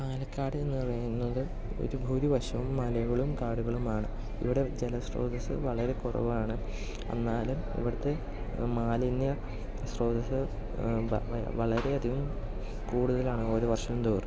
പാലക്കാട് എന്ന് പറയുന്നത് ഒരു വശം മലകളും കാടുകളുമാണ് ഇവിടെ ജല സ്രോതസ് വളരെ കുറവാണ് എന്നാലും ഇവിടുത്തെ മാലിന്യ സ്രോതസ് വാ വളരെ അധികം കൂടുതലാണ് ഓരോ വർഷം തോറും